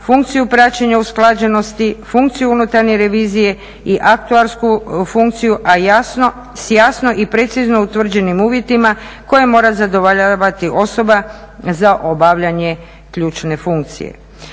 funkciju praćenja usklađenosti, funkciju unutarnje revizije i aktualnu funkciju, a jasno, s jasno i precizno utvrđenim uvjetima koje mora zadovoljavati osoba za obavljanje ključne funkcije.